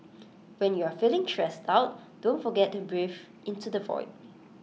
when you are feeling stressed out don't forget to breathe into the void